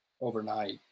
overnight